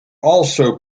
also